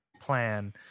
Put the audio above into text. plan